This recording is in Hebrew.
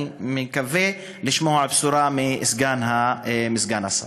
אני מקווה לשמוע בשורה מסגן השר.